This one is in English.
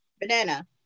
banana